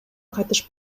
кайтыш